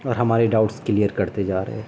اور ہمارے doubts clear کرتے جا رہے